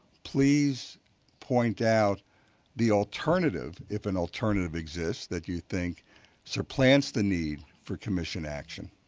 please point out the alternative, if an alternative exists that you think sur plants the need for commission action.